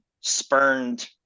spurned